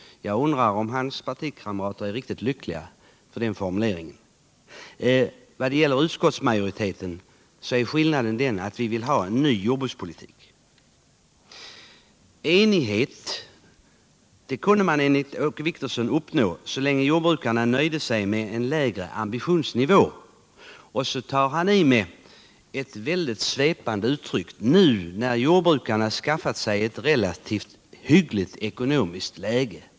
Jag undrar om hans partikamrater är riktigt lyckliga över den formuleringen. Vad gäller utskottsmajoriteten så är skillnaden den att vi vill ha en ny jordbrukspolitik. Enighet kunde man enligt Åke Wictorsson uppnå så länge jordbrukarna nöjde sig med en lägre ambitionsnivå — och så tar Åke Wictorsson i med ett väldigt svepande uttryck — nu när jordbrukarna skaffat sig ett relativt hyggligt ekonomiskt läge.